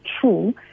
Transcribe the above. true